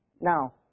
Now